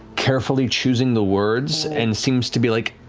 carefully choosing the words and seems to be like,